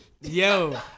Yo